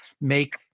make